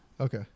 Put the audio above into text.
Okay